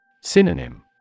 Synonym